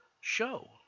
show